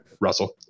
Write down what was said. Russell